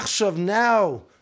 now